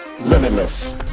Limitless